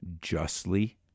justly